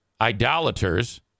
idolaters